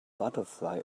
butterfly